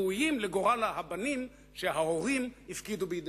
ראויים לגורל הבנים שההורים הפקידו בידיהם.